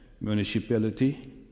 municipality